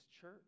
church